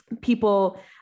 people